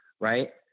right